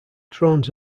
drones